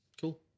Cool